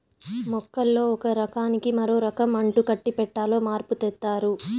మొక్కల్లో ఒక రకానికి మరో రకం అంటుకట్టి పెట్టాలో మార్పు తెత్తారు